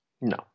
no